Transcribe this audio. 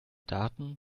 daten